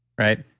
right?